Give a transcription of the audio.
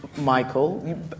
Michael